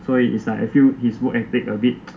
所以 is like I feel like his work ethics a bit